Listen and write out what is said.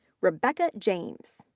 rebecca james,